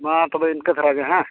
ᱢᱟ ᱛᱚᱵᱮ ᱤᱱᱠᱟᱹ ᱫᱷᱟᱨᱟ ᱜᱮ ᱦᱮᱸ